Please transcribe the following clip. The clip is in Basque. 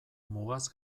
mugaz